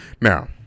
now